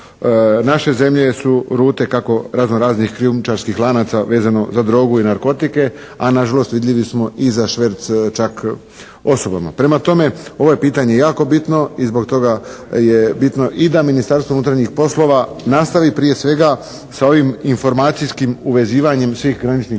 naše zemlje su rute kako razno raznih krijumčarskih lanaca vezano za drogu i narkotike, a nažalost vidljivi smo i za šverc čak osobama. Prema tome ovo je pitanje jako bitno i zbog toga je bitno i da Ministarstvo unutarnjih poslova nastavi prije svega sa ovim informacijskih uvezivanjem svih graničnih prijelaza